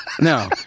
No